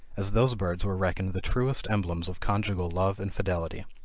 as those birds were reckoned the truest emblems of conjugal love and fidelity.